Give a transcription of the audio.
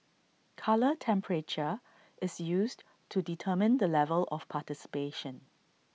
colour temperature is used to determine the level of participation